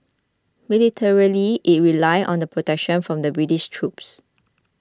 militarily it relied on the protection from the British troops